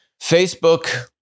Facebook